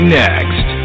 next